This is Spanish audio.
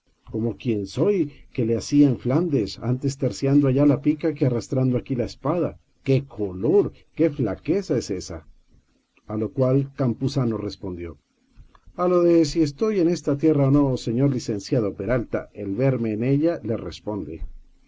cómo quién soy que le hacía en flandes antes terciando allá la pica que arrastrando aquí la espada qué color qué flaqueza es ésa a lo cual respondió campuzano a lo si estoy en esta tierra o no señor licenciado peralta el verme en ella le responde